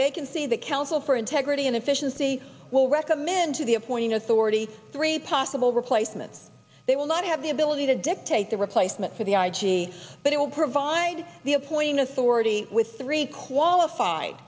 vacancy the council for integrity and efficiency will recommend to the appointing authority three possible replacements they will not have the ability to dictate the replacement for the i g but it will provide the appointing authority with three qualified